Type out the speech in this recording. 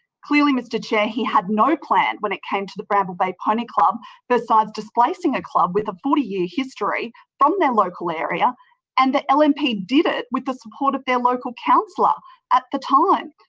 clearly, mr chair, he had no plan when it came to the bramble bay pony club besides displacing a club with a forty year history from their local area and the um lnp did it with the support of their local councillor at the time.